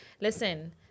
Listen